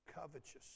Covetous